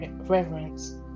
reverence